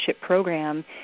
program